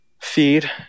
feed